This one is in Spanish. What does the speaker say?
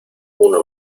uno